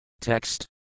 Text